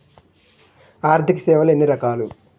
ఆర్థిక సేవలు ఎన్ని రకాలు?